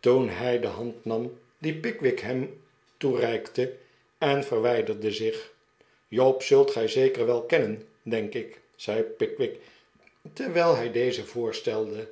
toen hij de hand nam die pickwick hem toereikte en verwijderde zich job zult gij zeker wel kennen denk ik zei pickwick terwijl hij dezen voorstelde